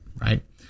right